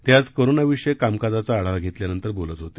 ते आज करोनाविषयक कामकाजाचा आढावा घेतल्यानंतर बोलत होते